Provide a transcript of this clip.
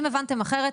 אם הבנתם אחרת,